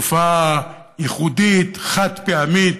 תופעה ייחודית, חד-פעמית.